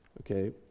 Okay